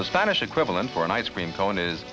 the spanish equivalent for an ice cream cone is